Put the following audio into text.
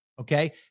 Okay